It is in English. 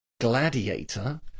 Gladiator